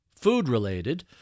food-related